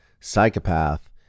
Psychopath